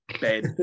Bed